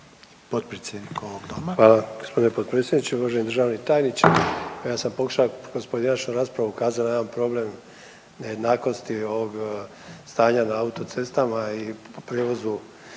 Hvala g. potpredsjedniče. Uvaženi državni tajniče, ja sam pokušao kroz pojedinačnu raspravu ukazat na jedan problem nejednakosti ovog stanja na autocestama i po